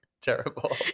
terrible